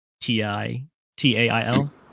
T-I-T-A-I-L